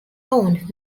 owned